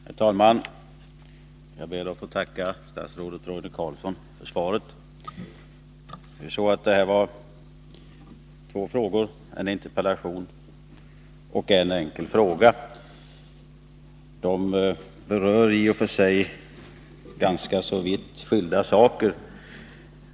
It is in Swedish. Herr talman! Jag ber att få tacka statsrådet Roine Carlsson för svaret. Jag har framställt både en interpellation och en fråga som berör ganska vitt skilda saker.